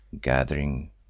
Gathering